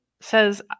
says